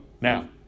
now